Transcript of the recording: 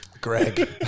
Greg